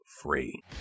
free